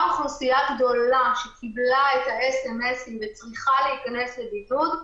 אוכלוסייה גדולה שקיבלה את האסמ"סים וצריכה להיכנס לבידוד,